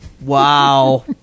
Wow